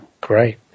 great